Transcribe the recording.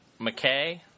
McKay